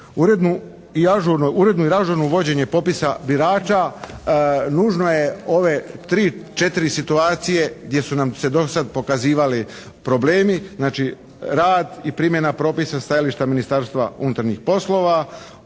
urednu i ažurno vođenje popisa birača nužno je ove tri, četiri situacije gdje su nam se do sad pokazivali problemi. Znači rad i primjena propisa sa stajališta Ministarstva unutarnjih poslova,